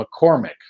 McCormick